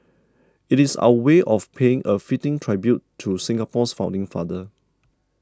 it is our way of paying a fitting tribute to Singapore's founding father